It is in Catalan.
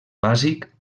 bàsic